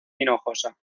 hinojosa